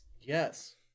Yes